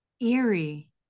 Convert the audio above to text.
eerie